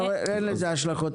כרגע אין לזה השלכות.